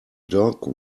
dog